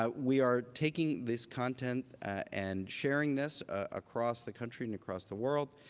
um we are taking this content and sharing this ah across the country and across the world.